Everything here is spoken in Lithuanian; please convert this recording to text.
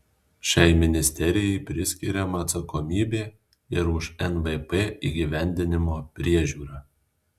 šiai ministerijai priskiriama atsakomybė ir už nvp įgyvendinimo priežiūrą